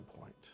point